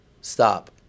Stop